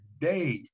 day